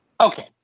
Okay